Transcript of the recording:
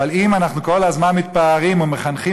אבל אם אנחנו כל הזמן מתפארים ומחנכים